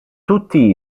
tutti